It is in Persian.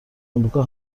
امریکا